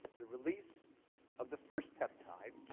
the release of the first peptide